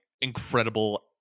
incredible